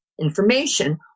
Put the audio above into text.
information